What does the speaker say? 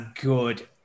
good